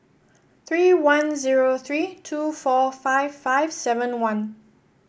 three one zero three two four five five seven one